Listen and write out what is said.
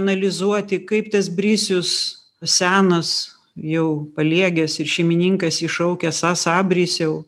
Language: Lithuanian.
analizuoti kaip tas brisius senas jau paliegęs ir šeimininkas jį šaukia sa sa brisiau